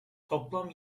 toplam